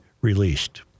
released